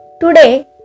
Today